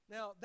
Now